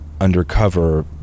Undercover